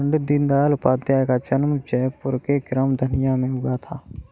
पण्डित दीनदयाल उपाध्याय का जन्म जयपुर के ग्राम धनिया में हुआ था